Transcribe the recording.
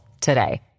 today